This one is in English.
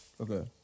Okay